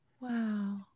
Wow